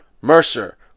Mercer